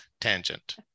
tangent